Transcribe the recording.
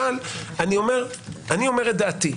אבל אני אומר את דעתי.